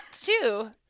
two